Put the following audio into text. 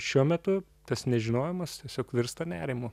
šiuo metu tas nežinojimas tiesiog virsta nerimu